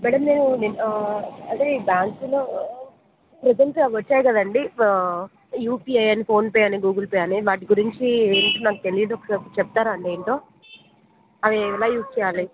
madam నేను నేను అదే బ్యాంక్లో ప్రెసెంట్ అవి వచ్చాయి కదా అండి ఇప్ యూపిఐ అని ఫోన్ పే అని గూగుల్ పే అని వాటి గురించి నాకు తెలీదు ఒకసారి చెప్తారా అండి ఏంటో అది ఎలా యూస్ చేయాలి